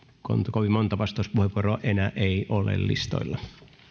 kovin monta vastauspuheenvuoroa enää ei ole listoilla